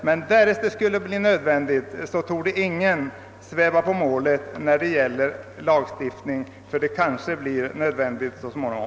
Men om det skulle bli nödvändigt med lagstiftning, torde ingen sväva på målet; det kanske blir nödvändigt så småningom.